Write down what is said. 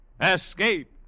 Escape